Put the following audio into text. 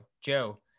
Joe